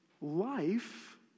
life